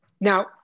Now